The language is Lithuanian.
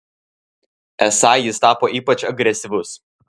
esą jis tapo ypač agresyvus